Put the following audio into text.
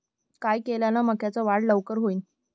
काय केल्यान मक्याची वाढ लवकर होईन?